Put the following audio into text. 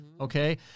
okay